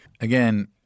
Again